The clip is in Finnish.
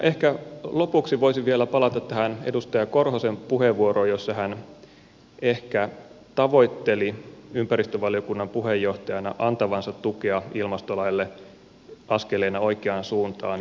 ehkä lopuksi voisin vielä palata tähän edustaja korhosen puheenvuoroon jossa hän ehkä tavoitteli ympäristövaliokunnan puheenjohtajana antavansa tukea ilmastolaille askeleena oikeaan suuntaan